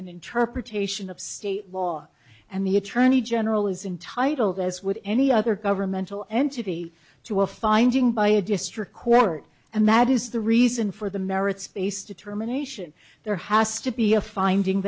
an interpretation of state law and the attorney general is intitled as would any other governmental entity to a finding by a district court and that is the reason for the merits based determination there has to be a finding